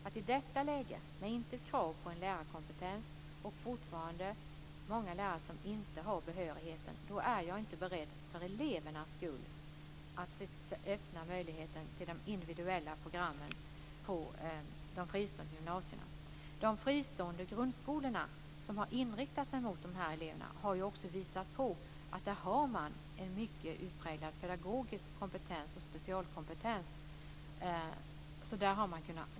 Att i detta läge, utan krav på lärarkompetens och med fortfarande många lärare utan behörighet, är jag inte beredd för elevernas skull att öppna möjligheten till individuella program på de fristående gymnasierna. De fristående grundskolorna, som har inriktat sig mot de här eleverna, har också visat att man har en utpräglad pedagogisk kompetens och specialkompetens.